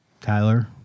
Tyler